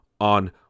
on